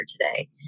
today